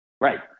Right